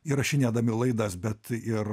įrašinėdami laidas bet ir